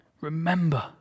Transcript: Remember